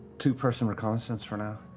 two person reconnaissance for now.